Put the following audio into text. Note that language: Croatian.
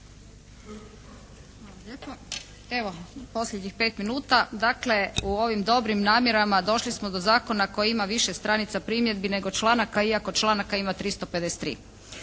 Evo, posljednjih pet minuta. Dakle, u ovim dobrim namjerama došli smo do zakona koji ima više stranica primjedbi nego članaka iako članaka ima 353.